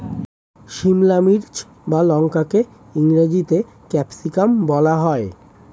সিমলা মির্চ বা লঙ্কাকে ইংরেজিতে ক্যাপসিকাম বলা হয়